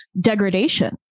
degradation